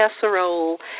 casserole